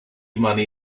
money